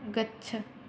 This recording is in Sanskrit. गच्छ